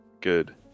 good